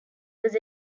was